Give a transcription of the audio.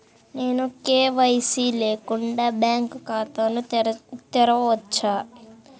నేను కే.వై.సి లేకుండా బ్యాంక్ ఖాతాను తెరవవచ్చా?